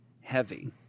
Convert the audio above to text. heavy